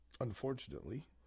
unfortunately